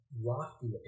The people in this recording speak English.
lofty